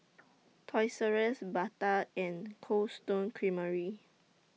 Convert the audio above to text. Toys R US Bata and Cold Stone Creamery